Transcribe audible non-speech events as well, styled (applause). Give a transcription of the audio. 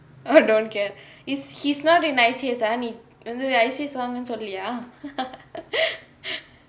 oh don't care he's he's not I_C_S ah நீ வந்து:nee vanthu I_C_S வாங்கனும் சொல்லலையா:vanggenum sollelaiyaa (laughs)